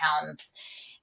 pounds